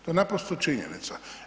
To je naprosto činjenica.